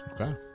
Okay